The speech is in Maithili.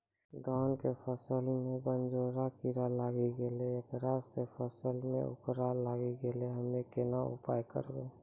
धान के फसलो मे बनझोरा कीड़ा लागी गैलै ऐकरा से फसल मे उखरा लागी गैलै हम्मे कोन उपाय करबै?